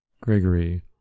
Gregory